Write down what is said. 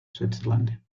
switzerland